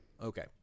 Okay